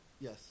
Yes